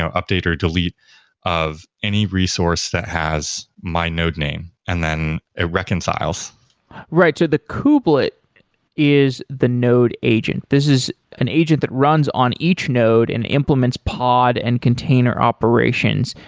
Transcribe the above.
um update or delete of any resource that has my node name, and then it reconciles right, so the couplet is the node agent. this is an agent that runs on each node and implements pod and container operations.